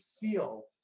feel